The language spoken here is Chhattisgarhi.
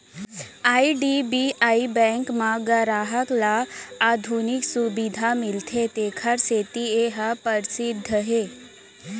आई.डी.बी.आई बेंक म गराहक ल आधुनिक सुबिधा मिलथे तेखर सेती ए ह परसिद्ध हे